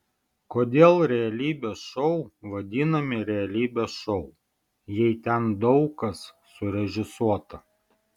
kodėl realybės šou vadinami realybės šou jei ten daug kas surežisuota